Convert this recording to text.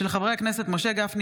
של חברי הכנסת משה גפני,